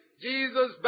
Jesus